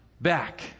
back